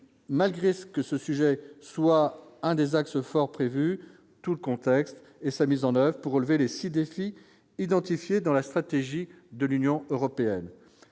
malgré ce que ce sujet soit un des axes forts prévus tout le contexte et sa maison neuve pour relever les 6 défis identifiés dans la stratégie de l'Union européenne,